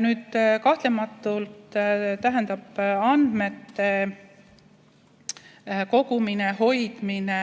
Nüüd, kahtlemata tähendab andmete kogumine, hoidmine